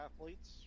athletes